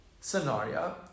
scenario